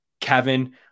Kevin